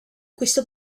questo